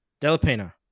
Delapena